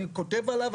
אני כותב עליו,